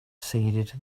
ceded